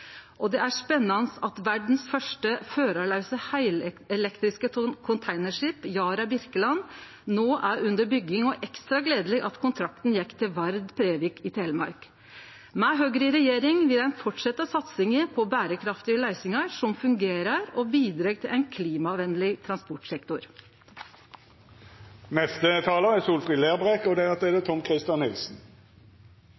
køyretøy. Det er spennande at det første førarlause heilelektriske containerskipet i verda, Yara Birkeland, no er under bygging, og det er ekstra gledeleg at kontrakten gjekk til Vard Brevik i Telemark. Med Høgre i regjering vil ein fortsetje satsinga på berekraftige løysingar som fungerer, og som bidreg til ein klimavenleg transportsektor. Eg må innrømma at eg er